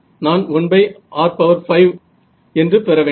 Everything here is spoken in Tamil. நான் 1r5 என்று பெறவேண்டும்